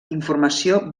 informació